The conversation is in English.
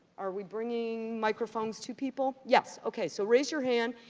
are we bringing microphones to people? yes, okay, so raise your hand.